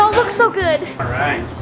look so good. alright,